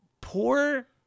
poor